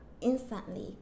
instantly